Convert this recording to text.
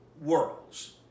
Worlds